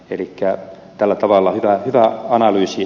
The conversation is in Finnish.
elikkä tällä tavalla hyvä analyysi